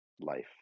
life